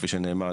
כפי שנאמר,